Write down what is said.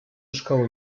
szkoły